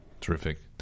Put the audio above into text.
terrific